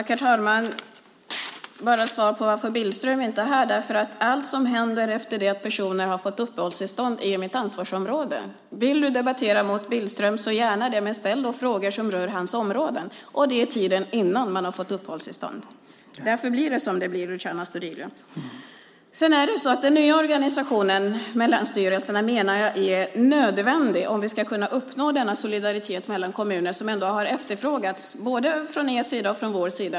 Herr talman! Svaret på varför Billström inte är här är att allt som händer efter att personer har fått uppehållstillstånd är mitt ansvarsområde. Debattera gärna med Billström, men ställ då frågor som rör hans områden, det vill säga tiden innan man har fått uppehållstillstånd. Det är därför det blir som det blir, Luciano Astudillo. Den nya organisationen med länsstyrelserna menar jag är nödvändig om vi ska kunna uppnå den solidaritet mellan kommuner som har efterfrågats både från er och från vår sida.